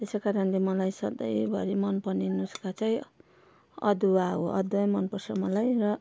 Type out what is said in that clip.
त्यसै कारणले मलाई सधैँभरि मन पर्ने नुस्का चाहिँ अदुवा हो अदुवा नै मन पर्छ मलाई र